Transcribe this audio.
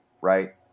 right